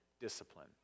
discipline